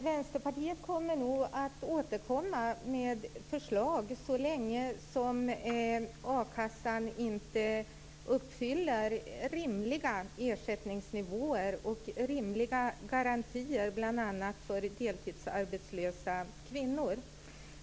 Fru talman! Vänsterpartiet återkommer nog med förslag så länge som a-kassan inte har rimliga ersättningsnivåer och rimliga garantier bl.a. för deltidsarbetslösa kvinnor.